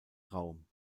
raum